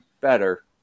better